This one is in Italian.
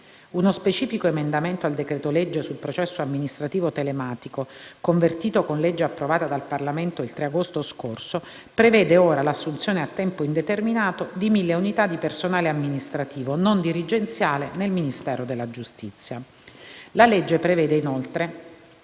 Uno specifico emendamento al decreto-legge sul processo amministrativo telematico, convertito con legge approvata dal Parlamento il 3 agosto scorso, prevede ora l'assunzione a tempo indeterminato di 1.000 unità di personale amministrativo non dirigenziale nel Ministero della giustizia. La legge prevede, inoltre,